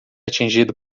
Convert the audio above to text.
atingido